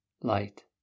light